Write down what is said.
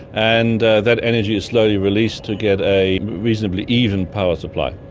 and that energy is slowly released to get a reasonably even power supply.